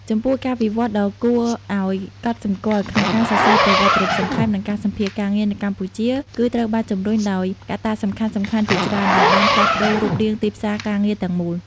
ចំពោះ ការវិវត្តន៍ដ៏គួរឲ្យកត់សម្គាល់ក្នុងការសរសេរប្រវត្តិរូបសង្ខេប និងការសម្ភាសន៍ការងារនៅកម្ពុជា គឺត្រូវបានជំរុញដោយកត្តាសំខាន់ៗជាច្រើន ដែលបានផ្លាស់ប្ដូររូបរាងទីផ្សារការងារទាំងមូល។